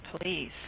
please